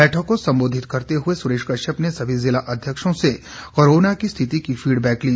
बैठक को संबोधित करते हुए सुरेश कश्यप ने सभी जिला अध्यक्षों से कोरोना की स्थिति की फीडबैक ली